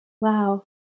wow